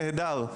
נהדר,